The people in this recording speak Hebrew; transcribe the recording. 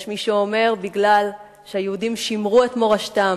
יש מי שאומר משום שהיהודים שמרו את מורשתם.